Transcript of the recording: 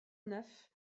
neuf